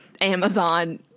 amazon